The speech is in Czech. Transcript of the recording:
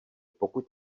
pokud